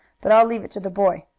but i'll leave it to the boy.